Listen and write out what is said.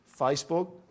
Facebook